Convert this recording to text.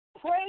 Pray